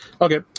Okay